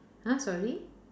!huh! sorry